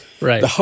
Right